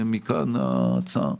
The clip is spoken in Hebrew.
מכאן ההצעה.